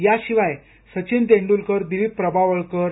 याशिवाय सचिन तेंडूलकर दिलीप प्रभावळकर डॉ